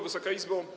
Wysoka Izbo!